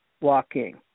walking